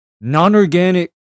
non-organic